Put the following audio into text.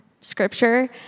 scripture